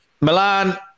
Milan